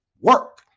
work